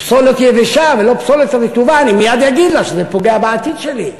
פסולת יבשה ולא פסולת רטובה אני מייד אגיד לה שזה פוגע בעתיד שלי,